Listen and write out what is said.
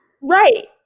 Right